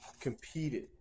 competed